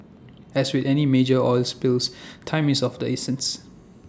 as with any major oil spills time is of the essence